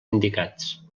indicats